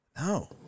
No